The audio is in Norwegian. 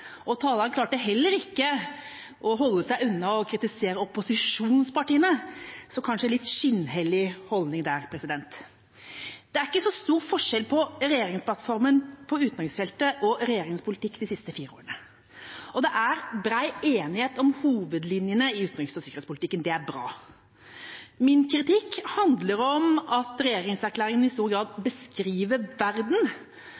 kritisere. Taleren klarte heller ikke å la være å kritisere opposisjonspartiene, så man har kanskje en litt skinnhellig holdning til dette. Det er ikke så stor forskjell på det som står om utenriksfeltet i regjeringsplattformen, og regjeringens politikk de siste fire årene. Det er bred enighet om hovedlinjene i utenriks- og sikkerhetspolitikken – det er bra. Min kritikk handler om at regjeringserklæringen i stor grad